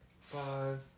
five